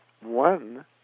one